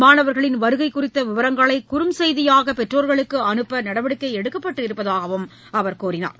மாணவர்களின் வருகை குறித்த விவரங்களை குறுஞ்செய்தியாக பெற்றோர்களுக்கு அனுப்ப நடவடிக்கை எடுக்கப்பட்டு இருப்பதாகவும் அவர் கூறினார்